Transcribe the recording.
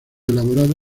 elaborado